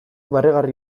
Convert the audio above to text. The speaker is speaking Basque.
barregarri